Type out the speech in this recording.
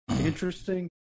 interesting